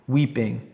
weeping